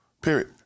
period